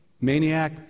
Maniac